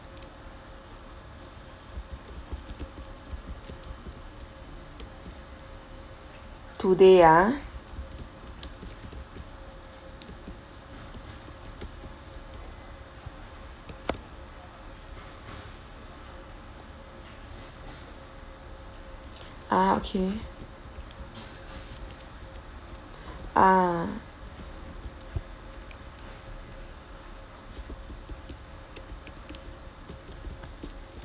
today ah ah okay ah